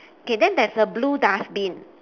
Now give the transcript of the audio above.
K then there's a blue dustbin